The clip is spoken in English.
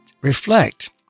reflect